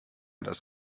das